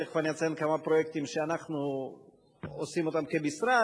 ותיכף אציין כמה פרויקטים שאנחנו עושים כמשרד,